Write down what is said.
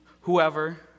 whoever